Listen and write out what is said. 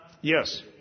Yes